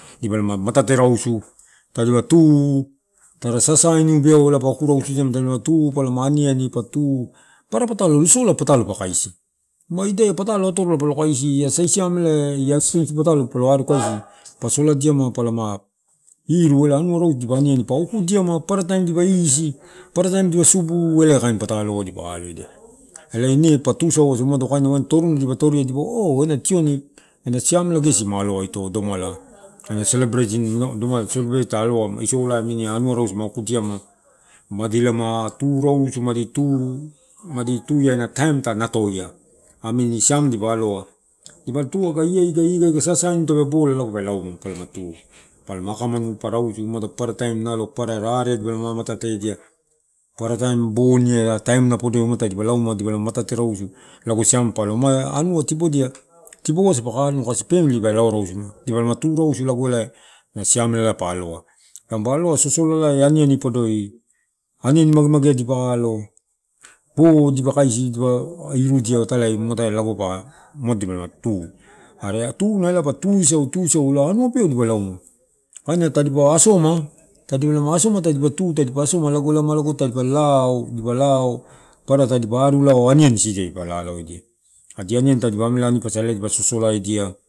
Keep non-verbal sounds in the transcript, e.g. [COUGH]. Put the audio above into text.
Dipalama matate rausu. Tadipa tu, tara sasainiu, beau oa oku rausudia palama aniani pa tu pa aniani pa tu papara patalo losola patalo pa kaisi ma idai ia patalo atorola palo kaisi la sai siamela [NOISE] ia expansip patalo palo aru kaisi pa soladiama palama iru ela anua rausu dipa aniani pa okudiama paparataim dipa isi paparataim dipa subu elaia kain pataloua dipa alo edia ela. Ine pa tuisau asa wain kaina toru dipa toria wain dipaua oh- ena tioni ena siamela gesi ma aloa ito domala ena celebrate domala ta aloa anua rausu ma akudia ma, madilama tu rausu, madi tu madi tuia ena taim ta natoia amini siam dipa aloa, dipalotu agaiai, iaga iaga sasainiu tape bola lago pe lauma pelama tu rareai dipa mamatedia paparataim boni are taim na podoi muatai dipa lauma, dipaloma matate rausu lago siamela pa aloa. Ma anua tibodia, tibouasa paka aloa kasi family dipalama tu rausu lago ela ena siamela ela pa aloa tamupa aloa sosolalai aniani podoi. Aniani magea dipa alo, bo dipa kaisi dipa irudia italai muatai lago pa umado dipalama tu are tuna ela pa tuisau tuisau ela anua beau dipalauma kaina tadipa asoma tadipalama asoma tadi, pa, tu tadipalama asoma ela ma lago ela taadipa lao, lao dipa lao papara tadipa aru lalau ela aniani isidia dipa lalauedia adi aniani tadi amela anipposa dipa sosolaedia.